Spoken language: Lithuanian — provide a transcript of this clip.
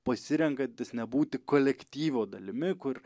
pasirenkantis nebūti kolektyvo dalimi kur